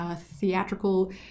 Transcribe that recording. theatrical